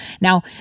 Now